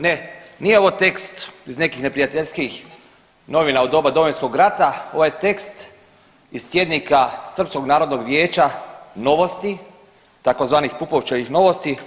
Ne, nije ovo tekst iz nekih neprijateljskih novina od doba Domovinskog rata, ovaj tekst je iz tjednika Srpskog narodnog vijeća Novosti tzv. Pupovčevih novosti.